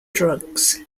drugs